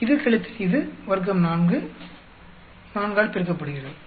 இது கழித்தல் இது வர்க்கம் 4 ஆல் பெருக்கப்படுகிறது